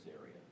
area